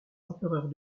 empereurs